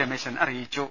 രമേശൻ അറിയിച്ചു